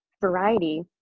variety